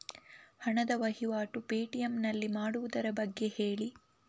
ಹಣದ ವಹಿವಾಟು ಪೇ.ಟಿ.ಎಂ ನಲ್ಲಿ ಮಾಡುವುದರ ಬಗ್ಗೆ ಹೇಳಿ